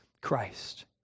Christ